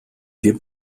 wir